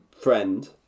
friend